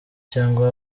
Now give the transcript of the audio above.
cyangwa